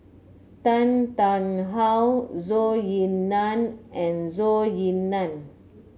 Tan Tarn How Zhou Ying Nan and Zhou Ying Nan